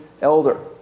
elder